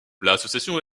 l’association